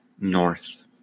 north